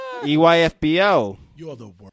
EYFBO